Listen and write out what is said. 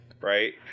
right